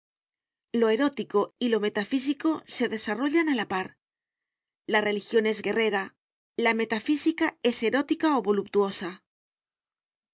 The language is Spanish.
lo erótico y lo metafísico se desarrollan a la par la religión es guerrera la metafísica es erótica o voluptuosa es